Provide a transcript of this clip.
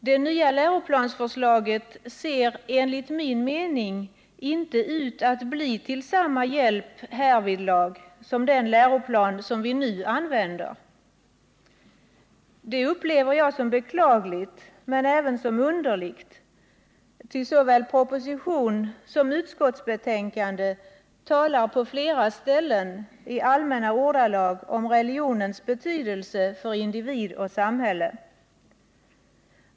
Det nya läroplansförslaget ser enligt min mening inte ut att bli till samma hjälp härvidlag som den läroplan vi nu använder. Det upplever jag som beklagligt, men även som underligt, ty i såväl propositionen som utskottsbetänkandet talas på flera ställen i allmänna ordalag om religionens betydelse för individ och samhälle.